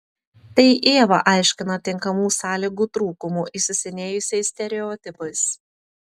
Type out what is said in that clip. tai ieva aiškina tinkamų sąlygų trūkumu įsisenėjusiais stereotipais